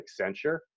Accenture